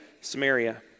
Samaria